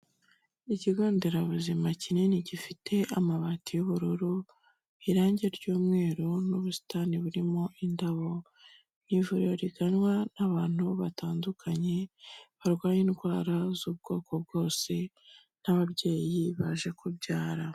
Ikigo nderabuzima kinini gifite amabati y'ubururu, irangi ry'umweru n'ubusitani burimo indabo, ni ivuriro riganwa n'abantu batandukanye barwaye indwara z'ubwoko bwose n'ababyeyi baje kubyara.